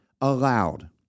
allowed